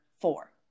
four